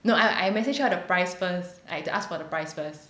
no I I message her the price first like to ask for the price first